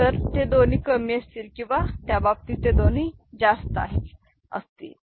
तर ते दोन्ही कमी असतील किंवा त्या बाबतीत ते दोन्ही जास्त असतील